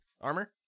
Armor